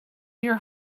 your